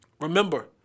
Remember